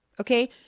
okay